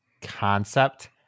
concept